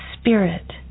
spirit